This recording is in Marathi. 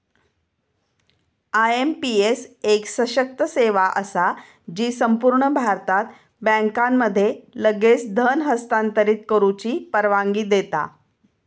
आय.एम.पी.एस एक सशक्त सेवा असा जी संपूर्ण भारतात बँकांमध्ये लगेच धन हस्तांतरित करुची परवानगी देता